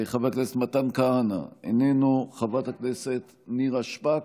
חבר כנסת מתן כהנא, איננו, חברת הכנסת נירה שפק,